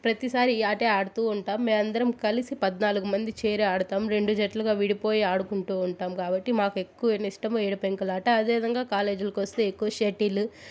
ప్రతి సారి ఈ ఆటే ఆడుతూ ఉంటాం మేం అందరం కలిసి పద్నాలుగు మంది చేరి ఆడతాం రెండు జట్లుగా విడిపోయి ఆడుకుంటూ ఉంటాం కాబట్టి మాకు ఎక్కువ ఏమిష్టము ఏడు పెంకలాట అదేవిధంగా కాలేజీలకొస్తే ఎక్కువ షటిలు